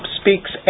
speaks